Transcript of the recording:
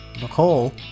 Nicole